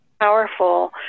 powerful